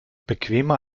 bequemer